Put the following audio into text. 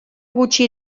gutxi